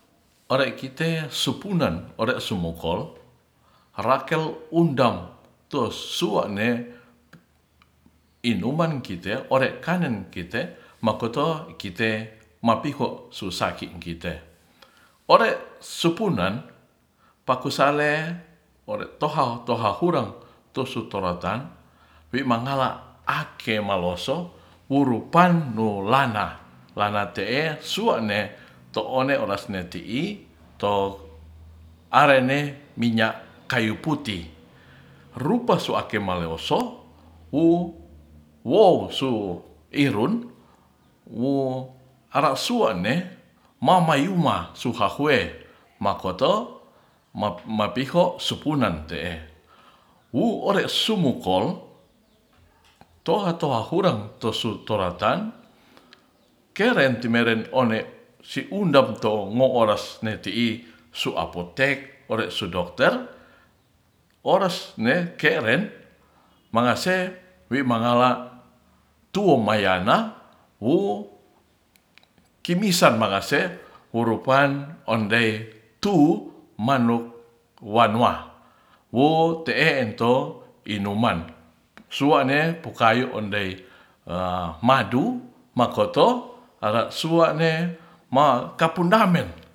Ore'kite supuna ore'sumokol rakel undang tos suwa'ne inuma kite ore'kanen kite makoto kite mapiho susakikite ore'supunan pakusale ore'toha- hurang tusutorotan wi'mangala a'keh aloso wurupanno lana lana te'e suwa'ne to'one orasne ti'i to are'ne minyak kayu putih rupa suake maleose whu wow su irun wu hara sua'ne mamayuma suhahu'e makoto ma'piho supunan te'e wu'ure sumokol to'a- hureng to'su torotan keren timeren one'si undam to' mo'oras ne ti'i su'apotek ore su dokter ores ne keren mangase wi'mangalak tuwoma'yana wu kimisan makase wurupan ondey tu'manuk wanuahwo te'en to unuman suwa'ne pukayu ondei a madu makoto are suwa'ne ma kapundamen